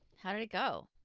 how did it go?